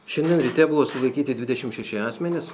šiandien ryte buvo sulaikyti dvidešimt šeši asmenys